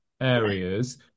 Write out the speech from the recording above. areas